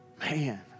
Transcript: man